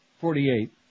forty-eight